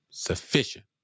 Sufficient